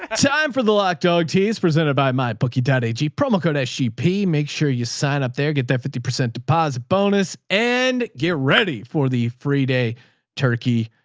time for the lock dog t's presented by my bookie daddy g promo code. as she p make sure you sign up there, get that fifty percent deposit bonus and get ready for the free day turkey,